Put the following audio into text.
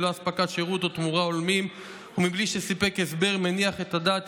ללא הספקת שירות או תמורה הולמים ומבלי שסיפק הסבר מניח את הדעת,